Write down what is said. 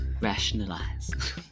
Rationalize